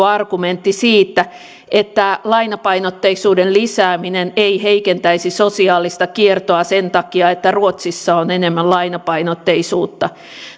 argumentti siitä että lainapainotteisuuden lisääminen ei heikentäisi sosiaalista kiertoa sen takia että ruotsissa on enemmän lainapainotteisuutta